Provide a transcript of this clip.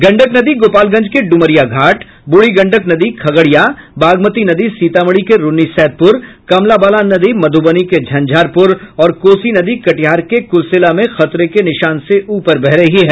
गंडक नदी गोपालगंज के ड्मरिया घाट ब्रूढ़ी गंडक नदी खगड़िया बागमती नदी सीतामढ़ी के रून्नीसैदपुर कमलाबलान नदी मधुबनी के झंझारपुर और कोसी नदी कटिहार के कुर्सेला में खतरे के निशान से ऊपर बह रही है